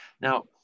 Now